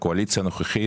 שזאת הקואליציה הנוכחית,